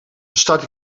start